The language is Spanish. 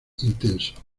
intenso